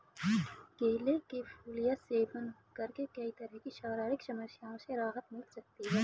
केले के फूल का सेवन करके कई तरह की शारीरिक समस्याओं से राहत मिल सकती है